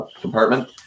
compartment